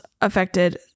affected